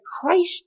Christ